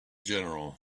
general